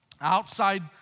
outside